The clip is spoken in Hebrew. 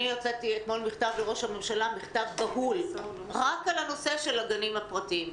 הוצאתי אתמול מכתב בהול לראש הממשלה רק על הנושא של הגנים הפרטיים.